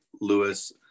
lewis